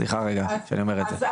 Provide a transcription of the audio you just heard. סליחה שאני אומר את זה,